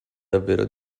davvero